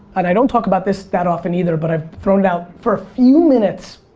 and i don't talk about this that often either, but i've thrown it out for a few minutes.